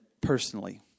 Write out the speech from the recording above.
personally